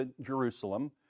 Jerusalem